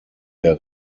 der